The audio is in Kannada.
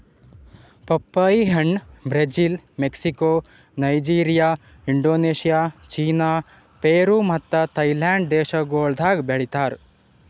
ಪಪ್ಪಾಯಿ ಹಣ್ಣ್ Brazil, Mexico, Nigeria, Indonesia, China, Peru ಮತ್ತ ಥೈಲ್ಯಾಂಡ್ ದೇಶಗೊಳ್ದಾಗ್ ಬೆಳಿತಾರ್